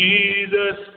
Jesus